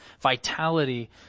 vitality